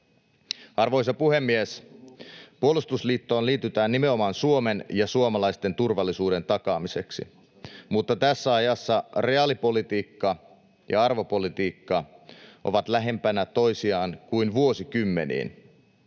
Arvoisa puhemies! Puolustusliittoon liitytään nimenomaan Suomen ja suomalaisten turvallisuuden takaamiseksi, mutta tässä ajassa reaalipolitiikka ja arvopolitiikka ovat lähempänä toisiaan kuin vuosikymmeniin.